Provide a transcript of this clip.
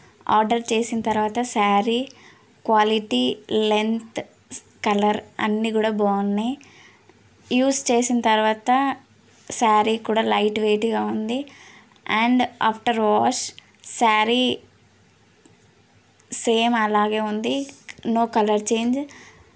order చేసిన తరువాత sari quality length colour అన్ని కూడా బాగున్నాయి యూస్ చేసిన తరువాత స్యారీ కూడా లైట్ వెయిట్గా ఉంది and after wash sari same అలాగే ఉంది నో కలర్ చేంజ్